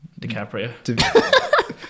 DiCaprio